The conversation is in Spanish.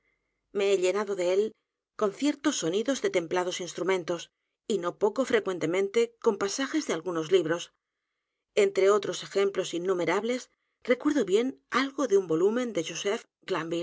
me he llenado de él con ciertos sonidos de templados instrumentos y no poco frecuentemente con pasajes de algunos libros e n t r e otros ejemplos innumerables recuerdo bien algo de un volumen de joseph